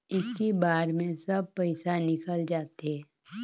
इक्की बार मे सब पइसा निकल जाते?